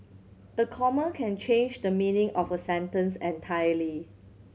a comma can change the meaning of a sentence entirely